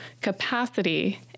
capacity